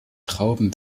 trauben